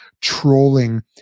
trolling